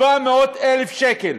700,000 שקל,